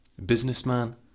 Businessman